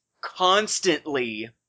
constantly